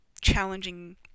challenging